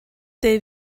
they